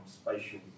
spatial